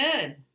good